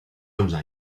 onze